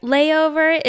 Layover